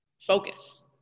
focus